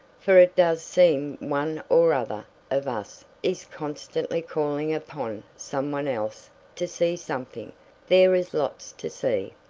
for it does seem one or other of us is constantly calling upon some one else to see something there is lots to see.